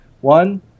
One